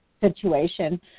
situation